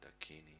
Dakini